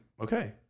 Okay